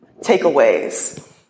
takeaways